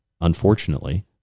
unfortunately